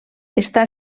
està